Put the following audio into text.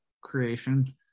creation